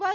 Y